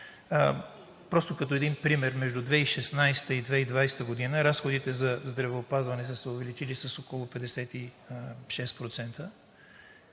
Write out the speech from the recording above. просто като един пример – между 2016 г. и 2020 г. разходите за здравеопазване са се увеличили с около 56%.